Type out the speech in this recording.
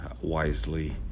wisely